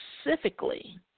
specifically